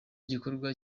gikorwa